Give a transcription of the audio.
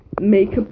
makeup